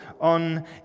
on